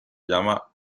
llama